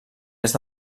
est